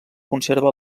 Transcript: conserva